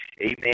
Amen